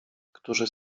którzy